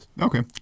Okay